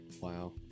Wow